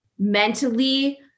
mentally